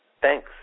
Thanks